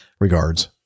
Regards